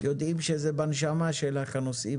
ויודעים שהנושאים האלה בנשמה שלך.